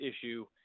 issue –